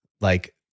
like-